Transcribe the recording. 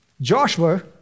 Joshua